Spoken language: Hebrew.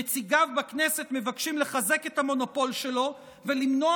נציגיו בכנסת מבקשים לחזק את המונופול שלו ולמנוע